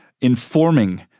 informing